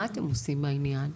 מה אתם עושים בעניין?